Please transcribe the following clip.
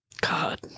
God